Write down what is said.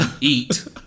eat